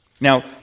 Now